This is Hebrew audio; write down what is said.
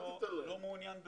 מי שלא מעוניין, אל תיתן לו.